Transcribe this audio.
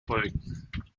folgen